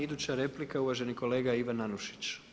Iduća replika, uvaženi kolega Ivan Anušić.